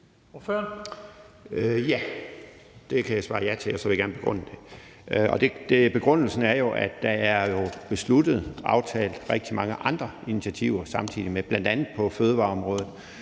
Ja. Det kan jeg svare ja til. Og så vil jeg gerne begrunde det. Begrundelsen er, at der jo er besluttet og aftalt rigtig mange andre initiativer samtidig, bl.a. på fødevareområdet.